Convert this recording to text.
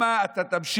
יאיר,